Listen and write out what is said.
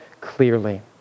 clearly